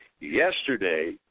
yesterday